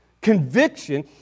Conviction